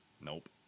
Nope